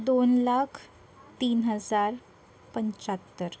दोन लाख तीन हजार पंच्याहत्तर